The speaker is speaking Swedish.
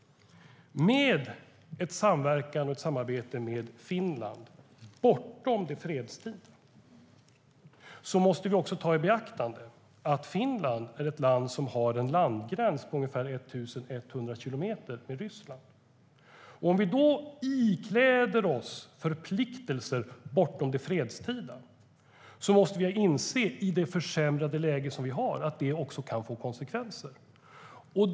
Med en samverkan och ett samarbete med Finland bortom det fredstida måste vi dock också ta i beaktande att Finland är ett land som har en landgräns på ungefär 1 100 kilometer mot Ryssland. Om vi då ikläder oss förpliktelser bortom det fredstida måste vi inse i det försämrade läge som vi har att det också kan få konsekvenser.